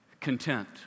content